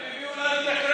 הם הביאו לנו את הקרפלך.